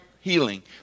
healing